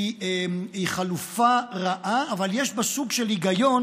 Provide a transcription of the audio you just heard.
היא חלופה רעה, אבל יש בה סוג של היגיון,